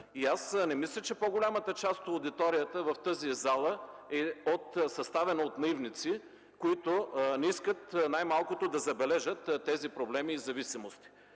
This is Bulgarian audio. Не мисля, че по-голямата част от аудиторията в тази зала е съставена от наивници, които най-малкото не искат да забележат тези проблеми и зависимости.